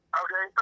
okay